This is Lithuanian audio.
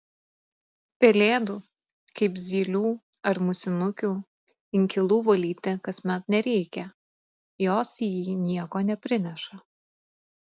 pelėdų kaip zylių ar musinukių inkilų valyti kasmet nereikia jos į jį nieko neprineša